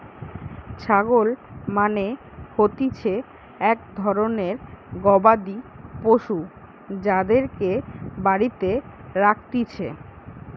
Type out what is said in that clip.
ছাগল মানে হতিছে এক ধরণের গবাদি পশু যাদেরকে বাড়িতে রাখতিছে